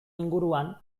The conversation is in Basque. inguruan